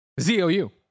Z-O-U